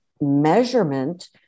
measurement